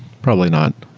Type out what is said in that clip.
probably not.